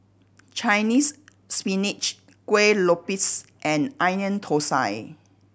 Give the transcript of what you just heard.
Chinese Spinach Kuih Lopes and Onion Thosai